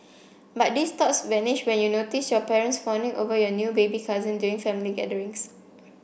but these thoughts vanished when you notice your parents fawning over your new baby cousin during family gatherings